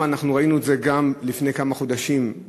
אנחנו ראינו את זה גם לפני כמה חודשים,